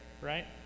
right